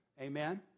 Amen